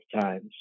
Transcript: times